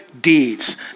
deeds